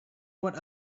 what